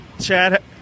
Chad